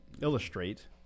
illustrate